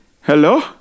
hello